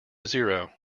zero